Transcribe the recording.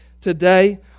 today